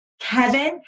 Kevin